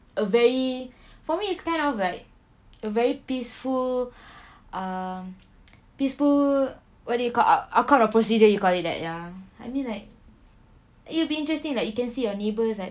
a very for me it's kind of like a very peaceful uh peaceful what do you call ah called a procedure you call it that ya I mean like it will be interesting like you can see your neighbours like